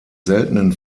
seltenen